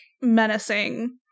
menacing